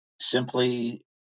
simply